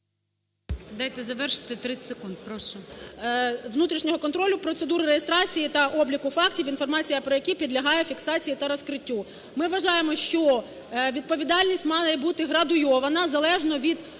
Дайте завершити, 30 секунд, прошу. ОСТРІКОВА Т.Г. …внутрішнього контролю, процедур, реєстрації та обліку фактів, інформація про які підлягає фіксації та розкриттю. Ми вважаємо, що відповідальність мала і бути градуйована залежно від ступеню вини і